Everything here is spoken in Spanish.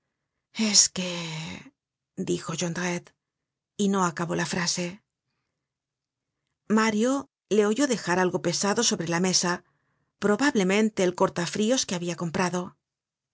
es que dijo jondrette y no acabó la frase mario le oyó dejar algo pesado sobre la mesa probablemente el cortafrios que habia comprado